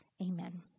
Amen